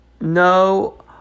no